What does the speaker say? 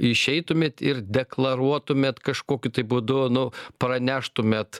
išeitumėt ir deklaruotumėtekažkokiu būdu nu praneštumėt